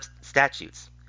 statutes